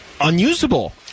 unusable